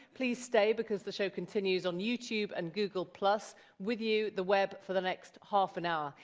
please stay, because the show continues on youtube and google plus with you, the web, for the next half an hour.